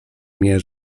mnie